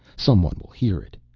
someone will hear it.